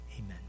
amen